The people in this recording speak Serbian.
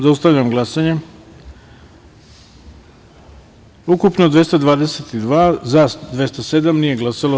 Zaustavljam glasanje: ukupno - 222, za – 207, nije glasalo – 13.